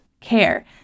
care